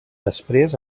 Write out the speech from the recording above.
després